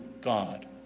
God